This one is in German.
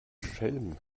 schelm